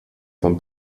von